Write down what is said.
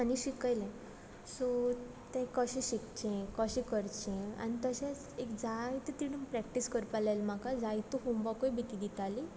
आनी शिकयलें सो तें कशें शिकचें कशें करचें आनी तशेंच एक जायतें तिणें प्रॅक्टीस करपा लायल म्हाका जायतो होमवर्कूय बी ती दिताली